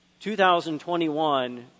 2021